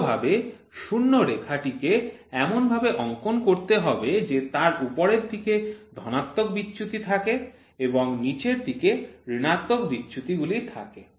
প্রচলিতভাবে শূন্যরেখা টিকে এমনভাবে অঙ্কন করতে হবে যে তার উপরের দিকে ধনাত্মক বিচ্যুতি থাকে এবং নিচের দিকে ঋণাত্মক বিচ্যুতি গুলি থাকে